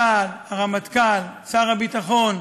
צה"ל, הרמטכ"ל, שר הביטחון,